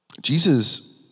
Jesus